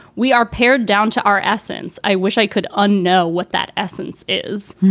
we are paired down to our essence. i wish i could unknow what that essence is.